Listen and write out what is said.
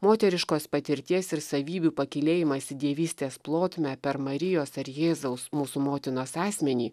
moteriškos patirties ir savybių pakylėjimas į dievystės plotmę per marijos ar jėzaus mūsų motinos asmenį